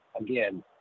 again